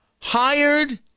Hired